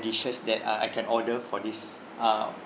dishes that uh I can order for this uh